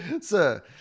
Sir